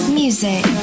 music